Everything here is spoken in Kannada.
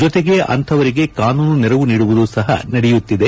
ಜೊತೆಗೆ ಅಂಥವರಿಗೆ ಕಾನೂನು ನೆರವು ನೀಡುವುದು ಸಹ ನಡೆಯುತ್ತಿದೆ